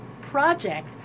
project